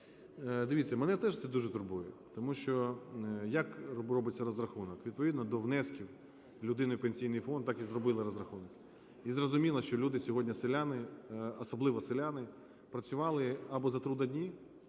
Дивіться, мене теж це дуже турбує. Тому що, як робиться розрахунок? Відповідно до внесків людини в Пенсійний фонд, так і зробили розрахунки. І зрозуміло, що люди сьогодні, селяни, особливо селяни, працювали або за трудодні,